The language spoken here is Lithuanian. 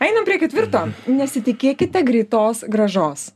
einam prie ketvirto nesitikėkite greitos grąžos